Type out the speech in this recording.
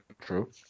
True